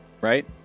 right